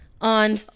On